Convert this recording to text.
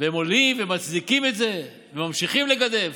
והם עולים ומצדיקים את זה וממשיכים לגדף.